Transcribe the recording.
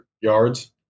yards